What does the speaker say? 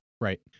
right